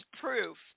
proof